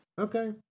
Okay